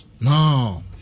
no